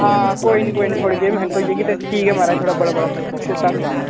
हां कोई नी कोई नी थुआढ़ी पेमैंट होई जाह्गी ते ठीक ऐ महाराज थुआढ़ा बड़ी बड़ा धन्नबाद